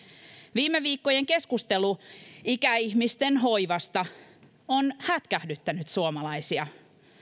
viime viikkojen keskustelu ikäihmisten hoivasta on hätkähdyttänyt suomalaisia